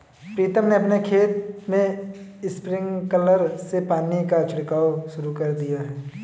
प्रीतम ने अपने खेत में स्प्रिंकलर से पानी का छिड़काव शुरू कर दिया है